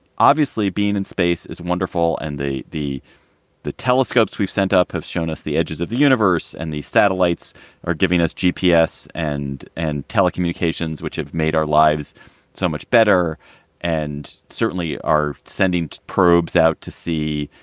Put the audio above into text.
obviously, being in space is wonderful. and the the the telescopes we've sent up have shown us the edges of the universe. and these satellites are giving us g p s. and and telecommunications, which have made our lives so much better and certainly are sending probes out to see